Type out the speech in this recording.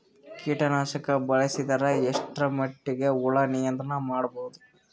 ಕೀಟನಾಶಕ ಬಳಸಿದರ ಎಷ್ಟ ಮಟ್ಟಿಗೆ ಹುಳ ನಿಯಂತ್ರಣ ಮಾಡಬಹುದು?